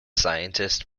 scientist